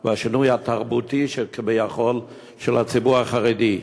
והשינוי התרבותי, כביכול, של הציבור החרדי.